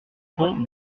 pont